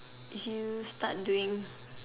if you start doing